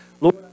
Lord